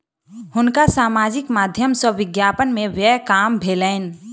हुनका सामाजिक माध्यम सॅ विज्ञापन में व्यय काम भेलैन